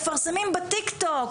מפרסמים בטיק-טוק,